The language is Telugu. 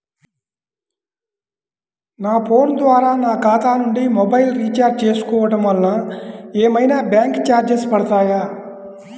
నా ఫోన్ ద్వారా నా ఖాతా నుండి మొబైల్ రీఛార్జ్ చేసుకోవటం వలన ఏమైనా బ్యాంకు చార్జెస్ పడతాయా?